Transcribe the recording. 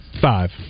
five